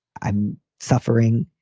i'm suffering.